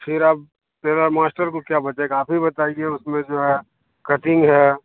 फिर अब फिर अब मास्टर को क्या बचेगा आप ही बताइए उसमें जो है कटिन्ग है